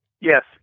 Yes